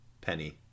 Penny